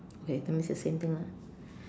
okay that means the same thing lah